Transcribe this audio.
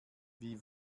wie